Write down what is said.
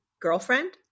girlfriend